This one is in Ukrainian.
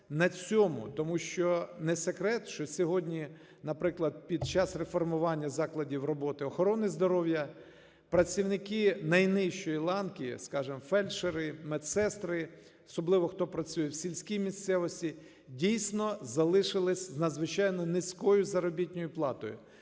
Тому що не секрет, що сьогодні, наприклад, під час реформування закладів роботи охорони здоров'я, працівники найнижчої ланки, скажемо, фельдшери, медсестри, особливо хто працює в сільській місцевості, дійсно залишились з надзвичайно низькою заробітною платою.